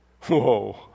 Whoa